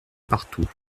partout